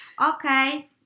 Okay